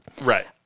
Right